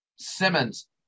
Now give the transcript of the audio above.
Simmons